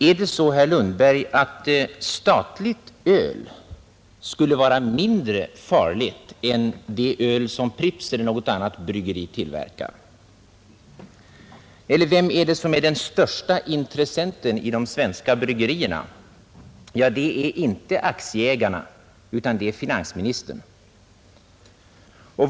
Är det så, herr Lundberg, att statligt öl är mindre farligt än det öl som Pripps eller något annat bryggeri tillverkar? Vem är det som är den störste intressenten i de svenska bryggerierna? Det är inte aktieägarna, utan det är finansministern.